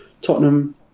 Tottenham